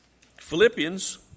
Philippians